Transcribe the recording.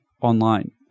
online